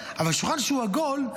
אבל שולחן שהוא עגול,